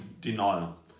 denial